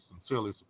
sincerely